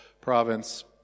province